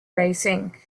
racing